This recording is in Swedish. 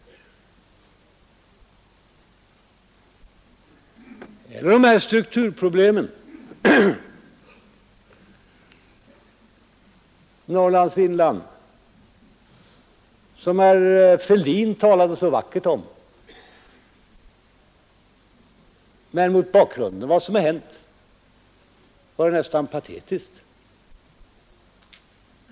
Det är de strukturproblem i Norrlands inland som herr Fälldin talade så vackert om, men mot bakgrunden av vad som har hänt var det nästan patetiskt.